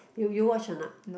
you you watch or not